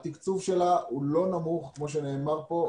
התקצוב שלה הוא לא נמוך כמו שנאמר כאן,